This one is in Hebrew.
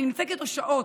אני נמצאת איתו שעות,